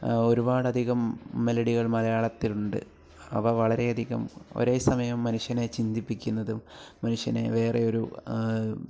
ഒരുപാട് അധികം മെലഡികൾ മലയാളത്തിലുണ്ട് അവ വളരെയധികം ഒരേ സമയം മനുഷ്യനെ ചിന്തിപ്പിക്കുന്നതും മനുഷ്യനെ വേറെ ഒരു